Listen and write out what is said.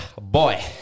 Boy